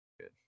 good